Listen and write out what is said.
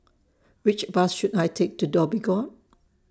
Which Bus should I Take to Dhoby Ghaut